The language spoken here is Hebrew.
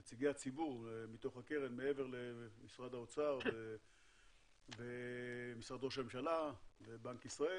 את נציגי הציבור בקרן מעבר למשרד האוצר ומשרד ראש הממשלה ובנק ישראל.